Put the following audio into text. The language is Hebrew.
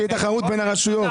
שיהיה תחרות בין הרשויות.